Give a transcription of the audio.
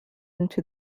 into